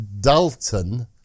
Dalton